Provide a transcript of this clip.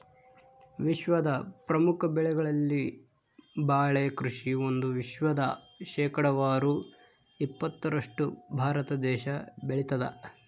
ವಿಶ್ವದ ಪ್ರಮುಖ ಬೆಳೆಗಳಲ್ಲಿ ಬಾಳೆ ಕೃಷಿ ಒಂದು ವಿಶ್ವದ ಶೇಕಡಾವಾರು ಇಪ್ಪತ್ತರಷ್ಟು ಭಾರತ ದೇಶ ಬೆಳತಾದ